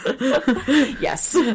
Yes